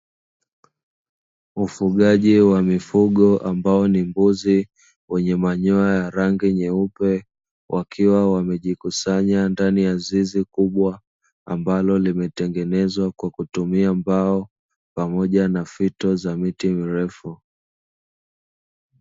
Ufugaji wa mifugo ambao ni mbuzi wenye manyoya ya rangi nyeupe, wakiwa wamejikusanya ndani ya zizi kubwa ambalo limetengenezwa kwa kutumia mbao pamoja na fito za miti mirefu.